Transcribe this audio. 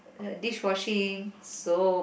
the dishwashing soap